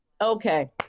okay